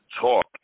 talk